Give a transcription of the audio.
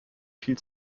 viel